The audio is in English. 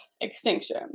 extinction